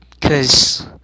cause